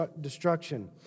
destruction